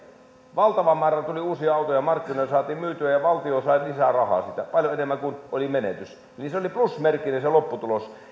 valtava määrä tuli uusia autoja markkinoille saatiin myytyä ja valtio sai lisää rahaa siitä paljon enemmän kuin oli menetys eli se lopputulos oli plusmerkkinen